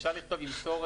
--- אפשר לכתוב ימסור,